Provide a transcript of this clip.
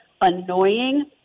annoying